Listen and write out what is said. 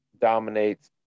dominates